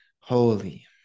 Holy